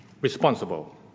responsible